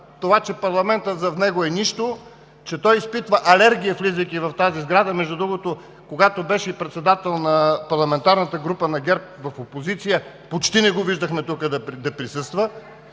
това, че парламентът за него е нищо, че изпитва алергия, влизайки в тази сграда. Между другото, когато беше и председател на парламентарната група на ГЕРБ в опозиция, почти не го виждахме да присъства